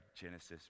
Genesis